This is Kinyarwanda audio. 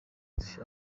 ubuhunzi